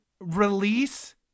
release